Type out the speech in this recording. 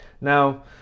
Now